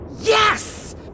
Yes